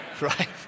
Right